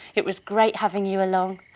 it was great having you along,